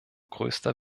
größter